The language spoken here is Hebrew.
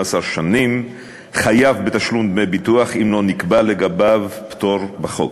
שנים חייב בתשלום דמי ביטוח אם לא נקבע לגביו פטור בחוק.